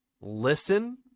listen